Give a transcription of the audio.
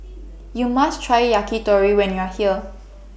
YOU must Try Yakitori when YOU Are here